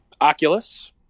Oculus